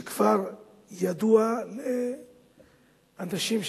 שכבר ידועים לאנשים,